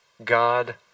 God